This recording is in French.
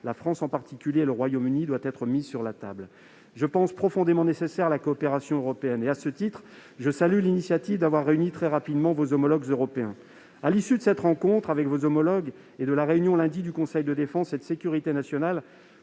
la France en particulier -et le Royaume-Uni doit être mise sur la table. Je pense donc profondément nécessaire la coopération européenne. À ce titre, je salue votre initiative d'avoir réuni très rapidement vos homologues européens. À l'issue de cette rencontre avec vos homologues et de la réunion, lundi, du Conseil de défense et de sécurité nationale,